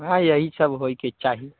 वएह यही सभ होइके चाही